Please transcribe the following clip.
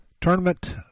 tournament